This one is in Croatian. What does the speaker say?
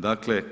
Dakle,